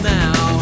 now